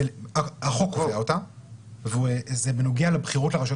החוק קובע אותה וזה בנוגע לבחירות לרשויות